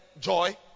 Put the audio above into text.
joy